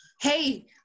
hey